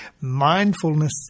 mindfulness